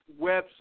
website